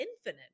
infinite